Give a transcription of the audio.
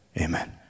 amen